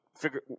figure